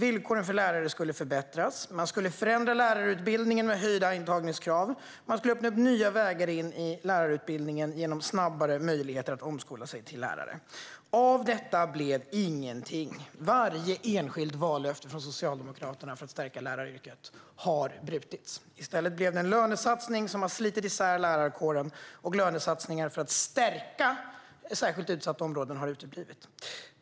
Villkoren för lärare skulle förbättras. Man skulle förändra lärarutbildningen med höjda antagningskrav. Man skulle öppna nya vägar in i lärarutbildningen genom möjligheter att snabbare omskola sig till lärare. Av detta blev det ingenting. Varje enskilt vallöfte från Socialdemokraterna för att stärka läraryrket har brutits. I stället blev det en lönesatsning som har slitit isär lärarkåren. Lönesatsningar för att stärka särskilt utsatta områden har uteblivit.